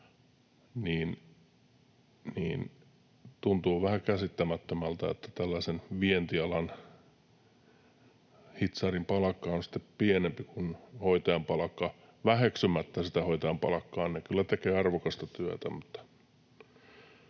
niin tuntuu vähän käsittämättömältä, että tällaisen vientialan hitsarin palkka on sitten pienempi kuin hoitajan palkka — väheksymättä sitä hoitajan palkkaa, he kyllä tekevät arvokasta työtä.